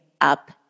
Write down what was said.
up